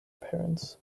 parents